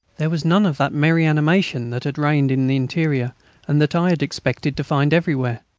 there was none of that merry animation that had reigned in the interior and that i had expected to find everywhere.